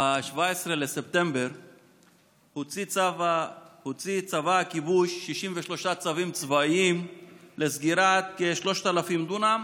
ב-17 בספטמבר הוציא צבא הכיבוש 63 צווים צבאיים לסגירת כ-3,000 דונם,